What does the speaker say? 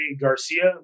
Garcia